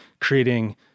creating